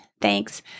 thanks